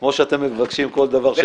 כמו שאתם מבקשים כל דבר שנעשה.